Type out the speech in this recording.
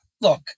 Look